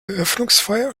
eröffnungsfeier